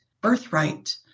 birthright